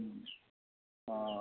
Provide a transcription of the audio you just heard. हूँ हँ